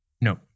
no